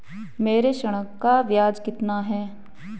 मेरे ऋण का ब्याज कितना है?